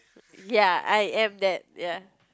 ya I am that ya